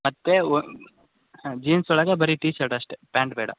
ಮತ್ತು ಓ ಹಾಂ ಜೀನ್ಸ್ ಒಳಗೆ ಬರಿ ಟಿ ಶರ್ಟ್ ಅಷ್ಟೇ ಪ್ಯಾಂಟ್ ಬೇಡ